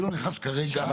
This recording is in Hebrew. אני לא נכנס כרגע --- אבל,